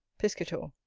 piscator.